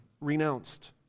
renounced